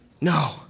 No